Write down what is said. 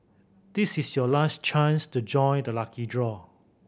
this is your last chance to join the lucky draw